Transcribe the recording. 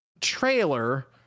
trailer